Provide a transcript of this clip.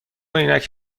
عینک